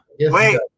wait